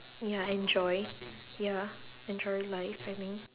ya enjoy ya enjoying life I mean